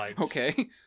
Okay